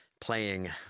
playing